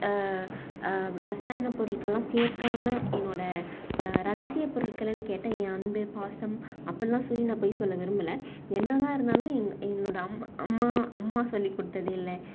ரசாயனம் பொருட்கள்லாம் சேர்க்காமல் என்னோடய ரகசிய பொருட்கள்னு கேட்டால் ஏ அன்பு பாசம் அப்போல்லாம் சொல்லி நான் பொய் சொல்ல விரும்பல என்ன தான் இருந்தாலும் எங்கள் எங்களோடய அம்மா அம்மா அம்மா சொல்லிக்குடுத்தது இல்லை